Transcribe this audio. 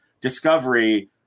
Discovery